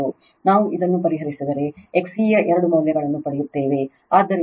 ನಾವು ಅದನ್ನು ಪರಿಹರಿಸಿದರೆ XC ಯ ಎರಡು ಮೌಲ್ಯಗಳನ್ನು ಪಡೆಯುತ್ತೇವೆ ಆದ್ದರಿಂದ XC8